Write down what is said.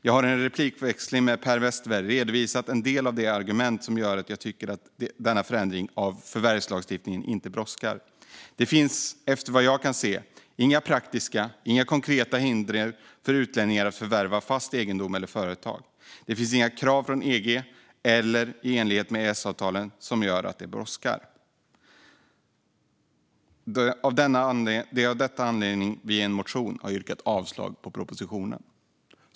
Jag har i en replikväxling med Per Westerberg redovisat en del av de argument som gör att jag tycker att denna förändring av förvärvslagstiftningen inte brådskar. Det finns efter vad jag kan se egentligen inga praktiska, konkreta hinder för utlänningar att förvärva fast egendom eller svenska företag. Det finns inget krav från EG eller i enlighet med EES-avtalet som gör att det brådskar. Detta är anledningen till att vi i en motion har yrkat avslag på propositionen."